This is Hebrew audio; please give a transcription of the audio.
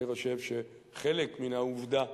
אני חושב שחלק מהעובדה,